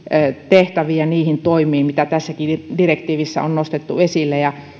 tehtäviin ja niihin toimiin mitä tässäkin direktiivissä on nostettu esille ja